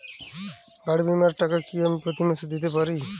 গাড়ী বীমার টাকা কি আমি প্রতি মাসে দিতে পারি?